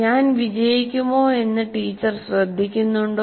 ഞാൻ വിജയിക്കുമോ എന്ന് ടീച്ചർ ശ്രദ്ധിക്കുന്നുണ്ടോ